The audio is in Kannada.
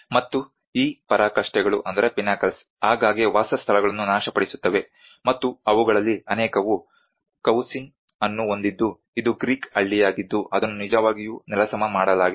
ಮತ್ತು ಈ ಪರಾಕಾಷ್ಠೆಗಳು ಆಗಾಗ್ಗೆ ವಾಸಸ್ಥಳಗಳನ್ನು ನಾಶಪಡಿಸುತ್ತವೆ ಮತ್ತು ಅವುಗಳಲ್ಲಿ ಅನೇಕವು ಕವುಸಿನ್ ಅನ್ನು ಹೊಂದಿದ್ದು ಇದು ಗ್ರೀಕ್ ಹಳ್ಳಿಯಾಗಿದ್ದು ಅದನ್ನು ನಿಜವಾಗಿಯೂ ನೆಲಸಮ ಮಾಡಲಾಗಿದೆ